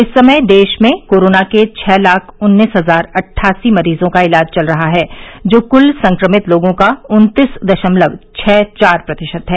इस समय देश में कोरोना के छः लाख उन्नीस हजार अट्ठासी मरीजों का इलाज चल रहा है जो क्ल संक्रमित लोगों का उन्तीस दशमलव छह चार प्रतिशत है